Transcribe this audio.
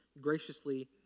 graciously